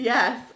Yes